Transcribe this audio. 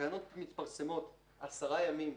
התקנות מתפרסמות 10 ימים,